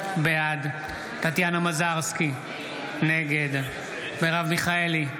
בעד טטיאנה מזרסקי, נגד מרב מיכאלי,